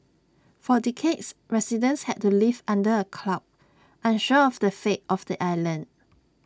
for decades residents had to live under A cloud unsure of the fate of the island